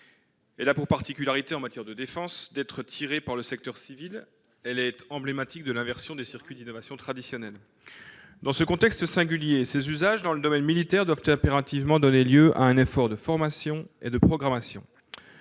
Elle a pour particularité, en matière de défense, d'être tirée par le secteur civil, et est emblématique de l'inversion des circuits d'innovation traditionnels. Dans ce contexte singulier, les usages de l'intelligence artificielle dans le domaine militaire doivent impérativement donner lieu à un effort de formation et de programmation.